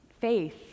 Faith